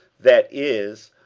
that is,